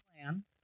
plan